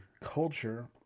culture